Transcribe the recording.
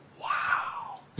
Wow